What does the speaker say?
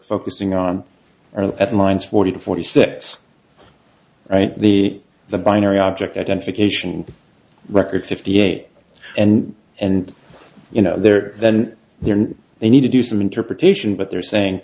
focusing on are at lines forty to forty six right the the binary object identification record fifty eight and and you know they're then there and they need to do some interpretation but they're saying